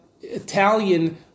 Italian